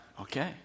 okay